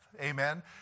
Amen